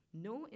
no